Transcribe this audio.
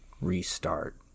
restart